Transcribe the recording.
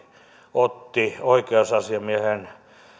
otti oi keusasiamiehen